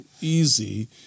easy